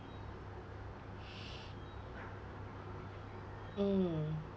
mm